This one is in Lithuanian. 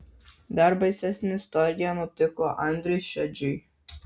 dar baisesnė istorija nutiko andriui šedžiui